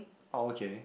oh okay